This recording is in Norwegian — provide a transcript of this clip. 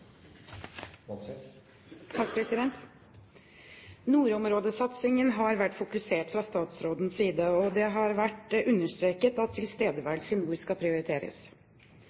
Nordområdesatsingen har vært fokusert fra statsrådens side, og det har vært understreket at tilstedeværelse i nord skal prioriteres.